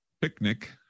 picnic